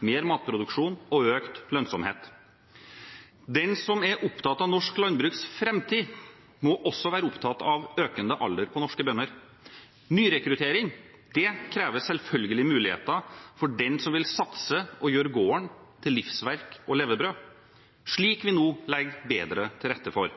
mer matproduksjon og økt lønnsomhet. Den som er opptatt av norsk landbruks framtid, må også være opptatt av økende alder på norske bønder. Nyrekruttering krever selvfølgelig muligheter for den som vil satse og gjøre gården til livsverk og levebrød, slik vi nå legger bedre til rette for.